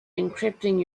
encrypting